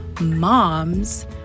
moms